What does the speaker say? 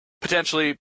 potentially